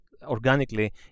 organically